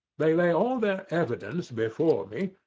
they lay all the evidence before me,